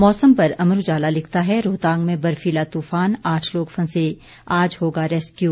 मौसम पर अमर उजाला लिखता है रोहतांग में बर्फीला तूफान आठ लोग फंसे आज होगा रेस्क्यू